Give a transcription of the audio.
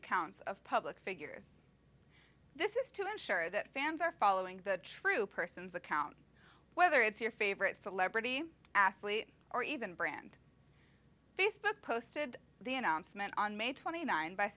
accounts of public figures this is to ensure that fans are following the true person's account whether it's your favorite celebrity athlete or even brand facebook posted the announcement on may twenty nine by